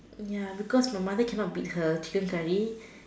ya because my mother cannot beat her chicken curry